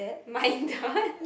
my god